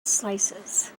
slices